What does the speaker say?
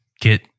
get